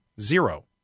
zero